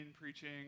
preaching